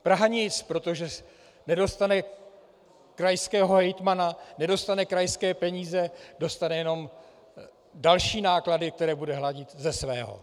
Praha nic, protože nedostane krajského hejtmana, nedostane krajské peníze dostane jenom další náklady, které bude hradit ze svého.